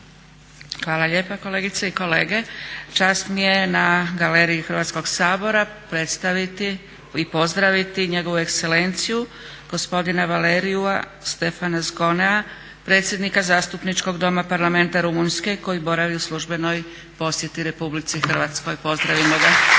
Hvala lijepa. Kolegice i kolege čast mi je na galeriji Hrvatskog sabora predstaviti i pozdraviti njegovu ekselenciju gospodina Valeriua Stefana Zgoneu predsjednika zastupničkog doma Parlamenta Rumunjske koji boravi u službenoj posjeti RH. Pozdravimo ga. Sada